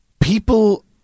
People